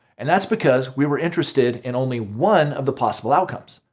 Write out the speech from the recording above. and that's because we were interested in only one of the possible outcomes,